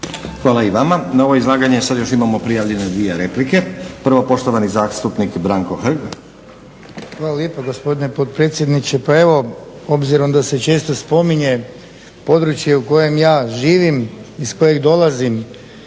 Hvala i vama. Na ovo izlaganje još imamo prijavljene dvije replike. Prva poštovani zastupnik Branko Hrg. **Hrg, Branko (HSS)** Hvala lijepa gospodine potpredsjedniče. Pa evo obzirom da se često spominje područje u kojem ja živim, iz kojeg dolazim,